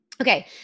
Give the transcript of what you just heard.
Okay